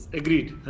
agreed